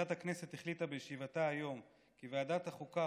ועדת הכנסת החליטה בישיבתה היום כי ועדת החוקה,